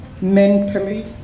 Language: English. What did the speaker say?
mentally